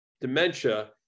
dementia